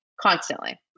constantly